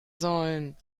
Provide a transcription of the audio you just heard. sollen